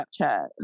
Snapchat